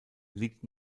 liegt